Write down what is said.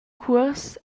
cuors